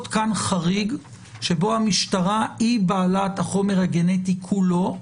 כאן חריג שבו המשטרה היא בעלת החומר הגנטי כולו,